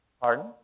Pardon